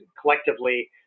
collectively